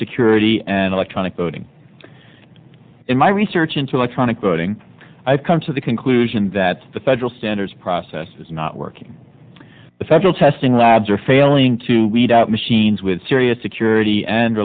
security and electronic voting in my research into electronic voting i have come to the conclusion that the fed standards process is not working the federal testing labs are failing to weed out machines with serious security and